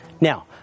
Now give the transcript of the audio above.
Now